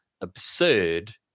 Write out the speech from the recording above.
absurd